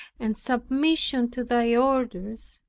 and submission to thy orders,